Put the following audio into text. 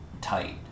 tight